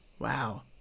Wow